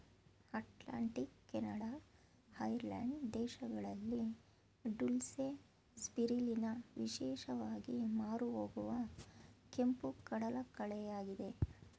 Atlantic, Canada, Ireland ದೇಶಗಳಲ್ಲಿ dulse, spirulina ವಿಶೇಷವಾಗಿ ಮಾರುಹೋಗುವ ಕೆಂಪು ಕಡಲಕಳೆಯಾಗಿದೆ